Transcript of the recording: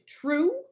true